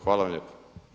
Hvala vam lijepo.